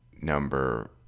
number